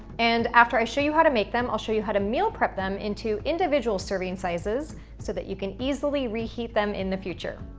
and after i show you how to make them, i'll show you how to meal prep them into individual serving sizes so that you can easily reheat them in the future.